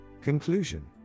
Conclusion